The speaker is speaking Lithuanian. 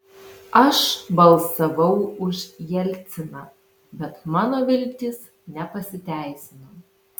aš balsavau už jelciną bet mano viltys nepasiteisino